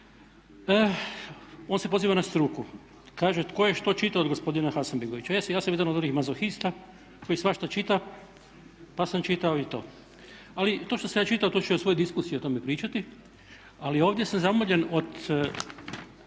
On se poziva na struku. Kaže, tko je što čitao od gospodina Hasanbegovića. Ja sam jedan od onih mazohista koji svašta čita, pa sam čitao i to. Ali to što sam ja čitao to ću ja u svojoj diskusiji o tome pričati, ali ovdje sam zamoljen od